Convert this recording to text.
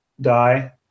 die